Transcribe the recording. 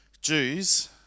Jews